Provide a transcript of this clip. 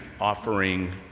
offering